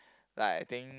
like I think